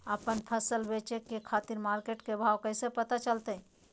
आपन फसल बेचे के खातिर मार्केट के भाव कैसे पता चलतय?